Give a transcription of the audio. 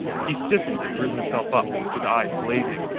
he stiffened, and drew himself up, his eyes blazing,